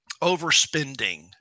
Overspending